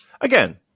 Again